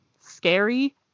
scary